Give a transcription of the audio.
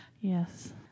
Yes